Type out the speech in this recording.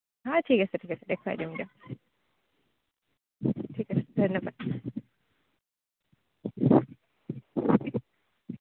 আ ঠিক আছে ঠিক আছে দেখুৱাই দিম দিয়ক ঠিক আছে ধন্যবাদ